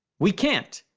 we can't!